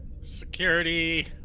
security